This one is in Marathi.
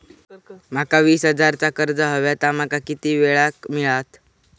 माका वीस हजार चा कर्ज हव्या ता माका किती वेळा क मिळात?